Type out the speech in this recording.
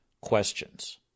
questions